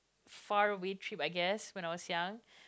faraway trip I guess when I was young